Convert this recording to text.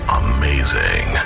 amazing